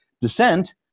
descent